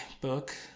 book